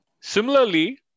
Similarly